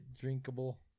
drinkable